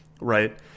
right